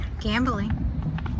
Gambling